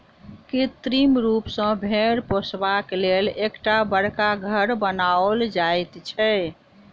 कृत्रिम रूप सॅ भेंड़ पोसबाक लेल एकटा बड़का घर बनाओल जाइत छै